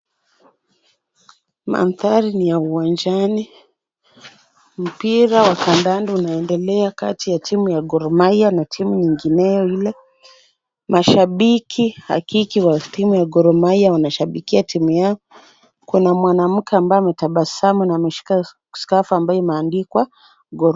Mandhari ni ya uwanjani. Mpira wa kandanda unaendelea kati ya timu ya Gor Mahia na timu nyingineo lile. Mashabiki hakiki wa timu ya Gor Mahia wameshabikia timu yao. Kuna mwanamke ambaye ametabasamu na ameshika scarf amabayo imeandikwa Gor.